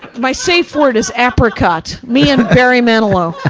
my safe word is apricot. me and barry manilow.